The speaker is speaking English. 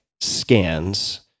scans